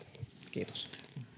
kiitos